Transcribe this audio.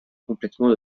complètement